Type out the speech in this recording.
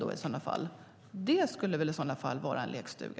Det skulle väl i så fall vara en lekstuga.